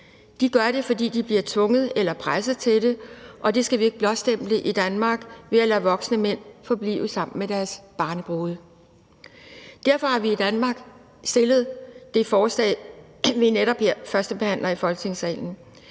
De gør det, fordi de bliver tvunget eller presset til det, og det skal vi ikke blåstemple i Danmark ved at lade voksne mænd forblive sammen med deres barnebrude. Derfor har vi i Dansk Folkeparti fremsat det forslag, vi netop her førstebehandler i Folketingssalen.